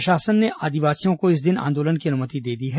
प्रशासन ने आदिवासियों को इस दिन आंदोलन की अनुमति दे दी है